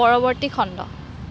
পৰৱৰ্তী খণ্ড